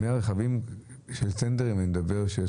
אני מדבר על טנדרים.